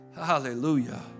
Hallelujah